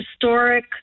historic